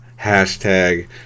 hashtag